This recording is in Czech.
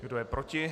Kdo je proti?